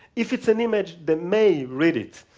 if it's an image, they may read it.